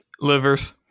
Livers